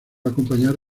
acompañar